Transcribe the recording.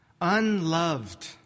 Unloved